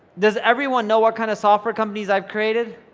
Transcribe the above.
does everyone know what kind of software companies i've created?